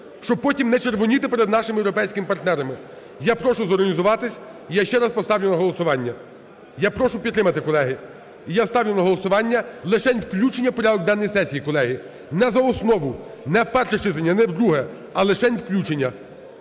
Щоб потім не червоніти перед нашими європейськими партнерами. Я прошу зорганізуватись, я ще раз поставлю на голосування. Я прошу підтримати, колеги. І я ставлю на голосування, лишень включення в порядок денний сесії, колеги, не за основу, не в перше читання, не в друге, а лишень включення.